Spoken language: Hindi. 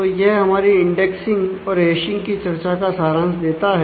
तो यह हमारी इंडेक्सिंग और हैशिंग की चर्चा का सारांश देता है